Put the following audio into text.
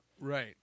right